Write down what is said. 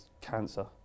cancer